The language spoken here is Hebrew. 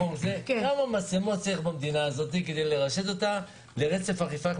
כמה מצלמות צריך במדינה כדי לרשת אותה לרצף אכיפה?